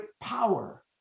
power